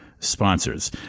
Sponsors